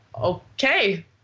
okay